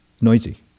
noisy